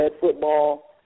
football